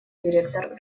директор